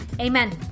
amen